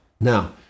Now